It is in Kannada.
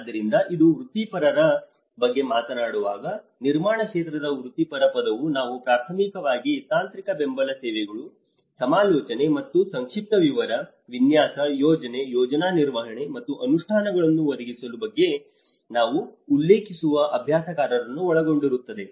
ಆದ್ದರಿಂದ ನಾವು ವೃತ್ತಿಪರರ ಬಗ್ಗೆ ಮಾತನಾಡುವಾಗ ನಿರ್ಮಾಣ ಕ್ಷೇತ್ರದ ವೃತ್ತಿಪರ ಪದವು ನಾವು ಪ್ರಾಥಮಿಕವಾಗಿ ತಾಂತ್ರಿಕ ಬೆಂಬಲ ಸೇವೆಗಳು ಸಮಾಲೋಚನೆ ಮತ್ತು ಸಂಕ್ಷಿಪ್ತ ವಿವರ ವಿನ್ಯಾಸ ಯೋಜನೆ ಯೋಜನಾ ನಿರ್ವಹಣೆ ಮತ್ತು ಅನುಷ್ಠಾನವನ್ನು ಒದಗಿಸುವ ಬಗ್ಗೆ ನಾವು ಉಲ್ಲೇಖಿಸುವ ಅಭ್ಯಾಸಕಾರರನ್ನು ಒಳಗೊಂಡಿರುತ್ತದೆ